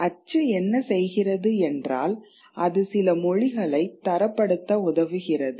அச்சு என்ன செய்கிறது என்றால் அது சில மொழிகளைத் தரப்படுத்த உதவுகிறது